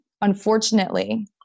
unfortunately